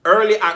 Early